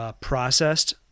processed